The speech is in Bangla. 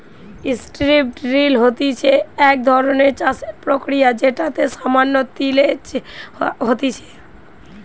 স্ট্রিপ ড্রিল হতিছে এক ধরণের চাষের প্রক্রিয়া যেটাতে সামান্য তিলেজ হতিছে